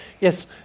Yes